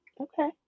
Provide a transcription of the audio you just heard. Okay